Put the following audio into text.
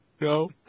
No